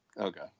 Okay